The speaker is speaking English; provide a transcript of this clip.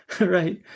right